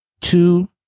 Two